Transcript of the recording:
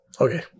Okay